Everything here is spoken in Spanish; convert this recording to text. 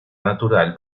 natural